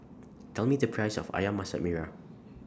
Tell Me The Price of Ayam Masak Merah